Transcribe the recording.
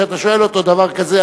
כשאתה שואל אותו דבר כזה,